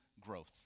growth